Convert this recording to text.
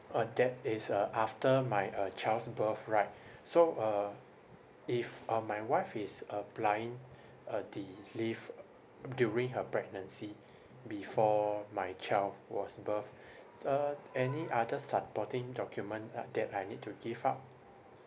orh that is uh after my uh child's birth right so uh if uh my wife is applying uh the leave during her pregnancy before my child was birth s~ uh any other supporting document uh that I need to give out